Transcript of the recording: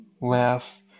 laugh